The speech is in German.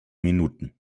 minuten